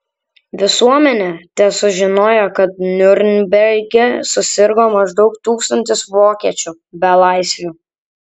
visuomenė tesužinojo kad niurnberge susirgo maždaug tūkstantis vokiečių belaisvių